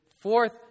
fourth